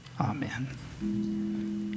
Amen